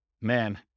man